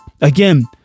Again